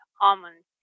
almonds